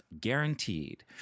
guaranteed